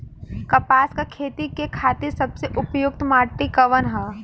कपास क खेती के खातिर सबसे उपयुक्त माटी कवन ह?